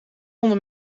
onder